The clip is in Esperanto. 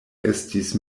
estis